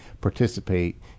participate